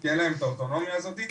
אם תהיה להם את האוטונומיה הזאת.